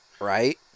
Right